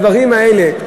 הדברים האלה,